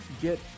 get